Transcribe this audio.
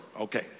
Okay